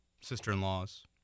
sister-in-laws